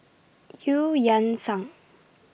EU Yan Sang